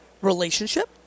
relationship